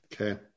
Okay